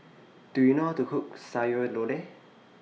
Do YOU know How to Cook Sayur Lodeh